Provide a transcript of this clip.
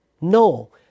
No